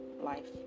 life